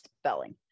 spelling